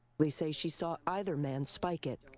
police say she saw either man spiked it.